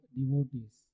devotees